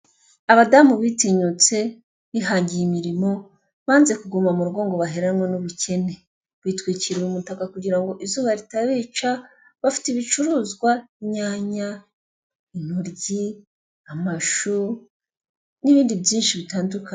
Abadamu bitinyutse, bihangiye imirimo, banze kuguma mugo ngo baheranwe n'ubukene, bitwikiriye umutaka kugira ngo izuba ritabica, bafite ibicuruzwa: inyanya, intoryi, amashu n'ibindi byinshi bitandukanye.